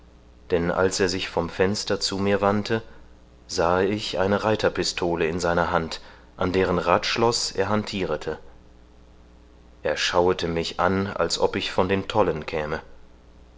denn als er sich vom fenster zu mir wandte sah ich eine reiterpistole in seiner hand an deren radschloß er hantirete er schauete mich an als ob ich von den tollen käme